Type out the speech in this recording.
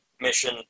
mission